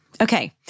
Okay